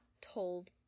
told